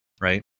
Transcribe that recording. right